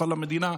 לכל המדינה.